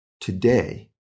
today